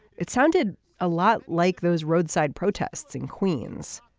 it sounded a lot like those roadside protests in queens.